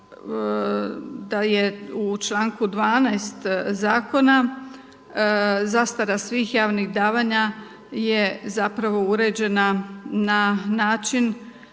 da je u članku 12. zakona zastara svih javnih davanja je zapravo uređena na način